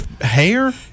hair